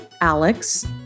Alex